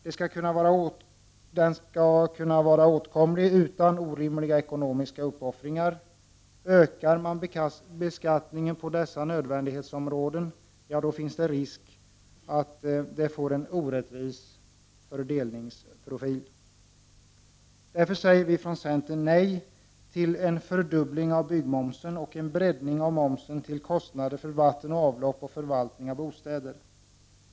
Den skall kunna vara åtkomlig utan orimliga ekonomiska uppoffringar. Ökar man beskattningen på dessa nödvändiga områden, finns risk att de får en orättvis fördelningsprofil. Därför säger vi från centern nej till en fördubbling av byggmomsen och en breddning av momsen till att gälla kostnader för vatten, avlopp och förvaltning av bostäder.